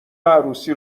عروسی